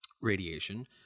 Radiation